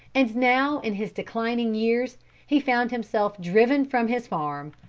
and now in his declining years he found himself driven from his farm,